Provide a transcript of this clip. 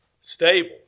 stable